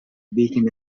beacon